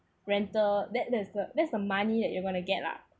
rental that that's the that's the money that you're going to get lah